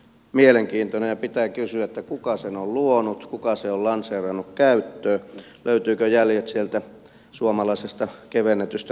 ja pitää kysyä kuka sen luonut kuka sen on lanseerannut käyttöön löytyvätkö jäljet sieltä suomalaisesta kevennetystä trollitehtaasta